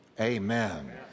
Amen